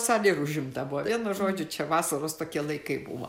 salė užimta buvo vienu žodžiu čia vasaros tokie laikai buvo